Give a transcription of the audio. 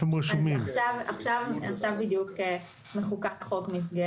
עכשיו בדיוק נחקק חוק מסגרת.